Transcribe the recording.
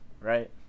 Right